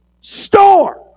storm